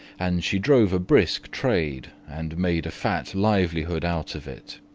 and she drove a brisk trade, and made a fat livelihood out of it.